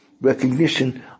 recognition